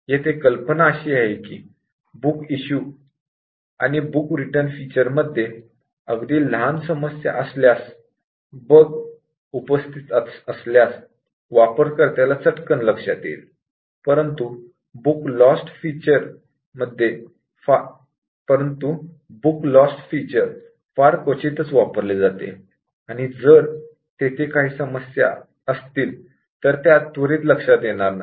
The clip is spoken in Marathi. येथे कल्पना अशी आहे की बुक इश्यू आणि बुक रिटर्न फीचर्समध्ये अगदी लहान समस्या असल्यास बग उपस्थित असल्यास यूजर ला चटकन लक्षात येईल परंतु बुक लॉस्ट फीचर फार क्वचितच वापरले जाते आणि जर तेथे काही समस्या असतील तर त्या त्वरित लक्षात येणार नाही